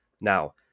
Now